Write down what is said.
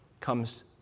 comes